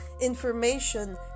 information